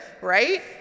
right